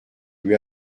lui